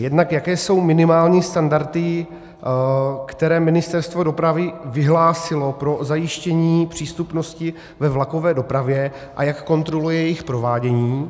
Jednak jaké jsou minimální standardy, které Ministerstvo dopravy vyhlásilo pro zajištění přístupnosti ve vlakové dopravě, a jak kontroluje jejich provádění.